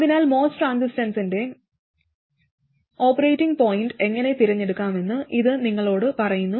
അതിനാൽ MOS ട്രാൻസിസ്റ്ററിന്റെ operating point എങ്ങനെ തിരഞ്ഞെടുക്കാമെന്നും ഇത് നിങ്ങളോട് പറയുന്നു